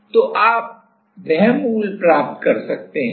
तो आप वह मूल प्राप्त कर सकते हैं